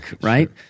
right